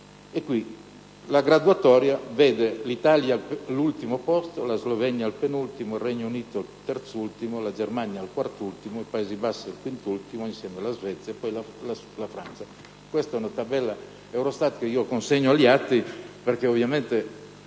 Europa. La graduatoria vede l'Italia all'ultimo posto, la Slovenia al penultimo, il Regno Unito al terz'ultimo, la Germania al quart'ultimo, i Paesi Bassi al quint'ultimo, insieme alla Svezia, e poi alla Francia. Questa è una tabella EUROSTAT che consegno agli atti, così come